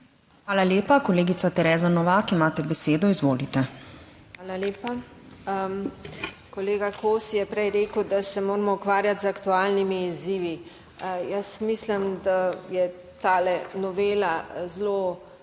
Hvala lepa. Kolegica Tereza Novak, imate besedo, izvolite. TEREZA NOVAK (PS Svoboda): Hvala lepa. Kolega Kosi je prej rekel, da se moramo ukvarjati z aktualnimi izzivi. Jaz mislim, da je ta novela zelo,